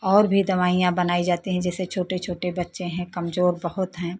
और भी दवाइयाँ बनाई जाती हैं जैसे छोटे छोटे बच्चे हैं कमज़ोर बहुत हैं